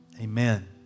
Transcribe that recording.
amen